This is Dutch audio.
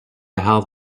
haalt